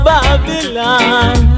Babylon